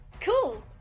Cool